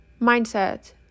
mindset